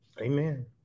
Amen